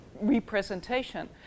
representation